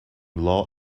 law